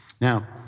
Now